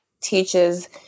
teaches